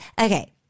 Okay